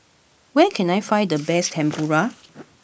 where can I find the best Tempura